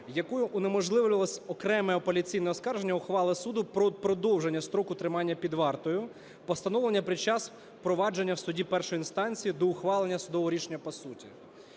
якою унеможливлювалося окреме апеляційне оскарження ухвали суду про продовження строку тримання під вартою, постановлене під час провадження у суді першої інстанції до ухвалення судового рішення по суті.